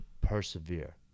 persevere